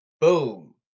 Boom